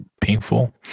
painful